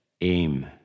aim